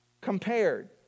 compared